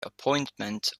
appointment